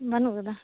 ᱵᱟᱱᱩᱜ ᱟᱠᱟᱫᱟ